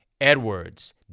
Edwards